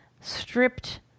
stripped